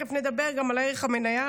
תכף נדבר גם על ערך המנייה,